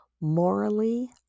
morally